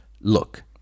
look